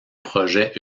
projets